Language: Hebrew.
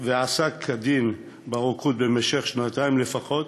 ועסק כדין ברוקחות במשך שנתיים לפחות,